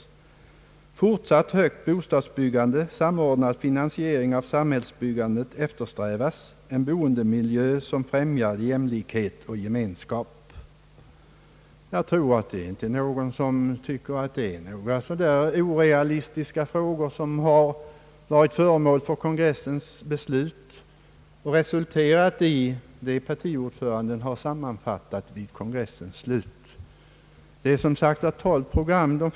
Fortsatt högt bostadsbyggande, samordnad finansiering av samhällsbyggandet eftersträvas, en boendemiljö som främjar jämlikhet och gemenskap. Jag tror inte att någon tycker att detta är orealistiska frågor som varit föremål för kongressens beslut och resulterat i partiordförandens sammanfatt ning vid kongressens slut. Det är som sagt 12 punkter.